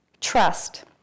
trust